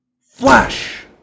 Flash